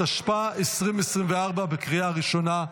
התשפ"ה 2024, לקריאה ראשונה.